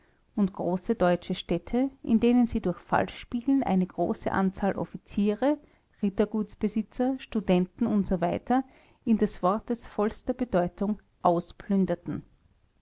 und große deutsche städte in denen sie durch falschspielen eine große anzahl offiziere rittergutsbesitzer studenten usw in des wortes vollster bedeutung ausplünderten